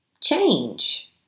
change